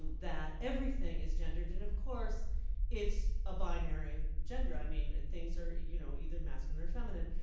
that everything is gendered. and of course it's a binary gender. i mean, things are you know either masculine or feminine.